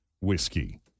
whiskey